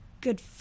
good